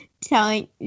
telling